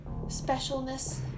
specialness